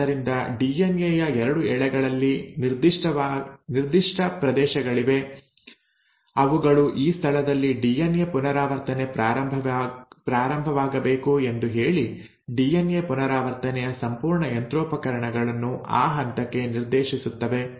ಆದ್ದರಿಂದ ಡಿಎನ್ಎ ಯ ಎರಡು ಎಳೆಗಳಲ್ಲಿ ನಿರ್ದಿಷ್ಟ ಪ್ರದೇಶಗಳಿವೆ ಅವುಗಳು ಈ ಸ್ಥಳದಲ್ಲಿ ಡಿಎನ್ಎ ಪುನರಾವರ್ತನೆ ಪ್ರಾರಂಭವಾಗಬೇಕು ಎಂದು ಹೇಳಿ ಡಿಎನ್ಎ ಪುನರಾವರ್ತನೆಯ ಸಂಪೂರ್ಣ ಯಂತ್ರೋಪಕರಣಗಳನ್ನು ಆ ಹಂತಕ್ಕೆ ನಿರ್ದೇಶಿಸುತ್ತವೆ